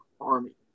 army